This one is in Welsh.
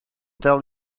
dal